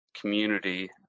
community